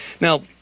Now